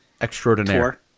extraordinaire